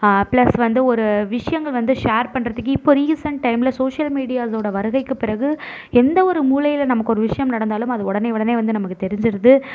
applause வந்து ஒரு விஷயங்கள் வந்து ஷேர் பண்ணுறதுக்கு இப்போ ரீசென்ட் டைமில் சோஷியல் மீடியாவோட வருகைக்குப் பிறகு எந்த ஒரு மூலையில் நமக்கு ஒரு விஷயம் நடந்தாலும் அது உடனே உடனே வந்து நமக்கு தெரிஞ்சிடுது